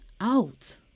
out